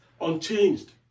unchanged